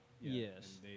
Yes